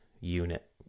unit